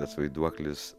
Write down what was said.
tas vaiduoklis